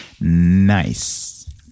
nice